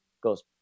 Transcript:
goes